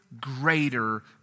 greater